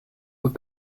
were